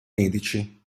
medici